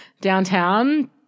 downtown